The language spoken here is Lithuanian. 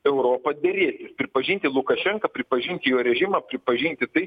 europą derėtis pripažinti lukašenką pripažinti jo režimą pripažinti tai